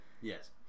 Yes